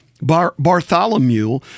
Bartholomew